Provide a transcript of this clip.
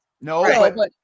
No